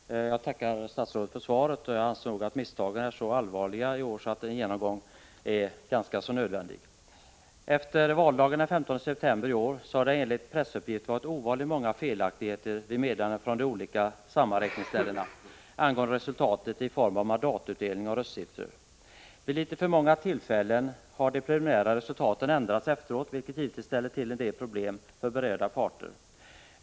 Herr talman! Jag tackar statsrådet för svaret. Jag anser att misstagen i år är så allvarliga att en genomgång är nödvändig. Efter valdagen den 15 september i år har det enligt pressuppgifter varit ovanligt många felaktigheter vid meddelandena från de olika sammanräkningsställena angående resultatet i form av mandatutdelning och röstsiffror. Vid litet för många tillfällen har de preliminära resultaten ändrats i efterhand, vilket givetvis ställer till en del problem för berörda parter.